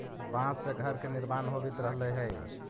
बाँस से घर के निर्माण होवित रहले हई